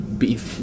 beef